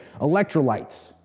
Electrolytes